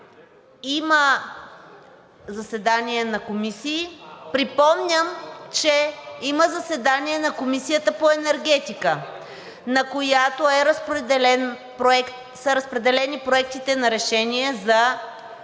Има заседания на комисии. Припомням, че има заседание на Комисията по енергетиката, на която са разпределени проектите на решения, свързани